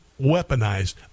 weaponized